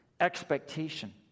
expectation